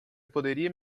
poderia